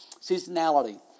Seasonality